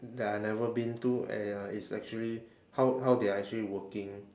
that I never been to and uh is actually how how they are actually working